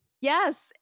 Yes